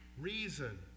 Reason